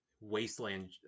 wasteland